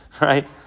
right